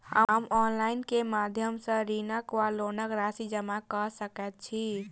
हम ऑनलाइन केँ माध्यम सँ ऋणक वा लोनक राशि जमा कऽ सकैत छी?